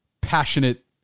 passionate